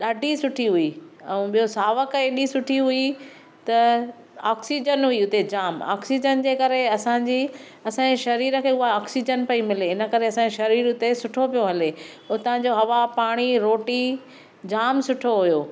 ॾाढी सुठी हुई ऐं ॿियो सावक एॾी सुठी हुई त ऑक्सीजन हुई उते जाम ऑक्सीजन जे करे असां जी असां जे शरीर खे उहा ऑक्सीजन पई मिले इन करे असां जो शरीर उते सुठो पियो हले उतां जो हवा पाणी रोटी जाम सुठो हुयो